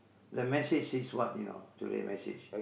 the message says what you know today's message